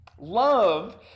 Love